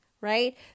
right